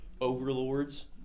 overlords